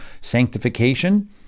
sanctification